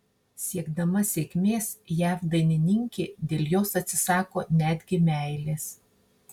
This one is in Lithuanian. siekdama sėkmės jav dainininkė dėl jos atsisako netgi meilės